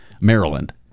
maryland